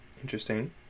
Interesting